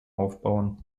aufbauen